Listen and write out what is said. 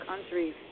countries